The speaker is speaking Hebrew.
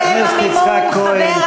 זה לא כסף שלכם, זה כסף שלהם.